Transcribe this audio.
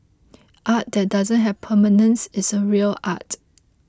art that doesn't have permanence is a real art